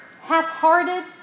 half-hearted